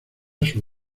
sus